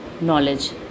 knowledge